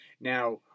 now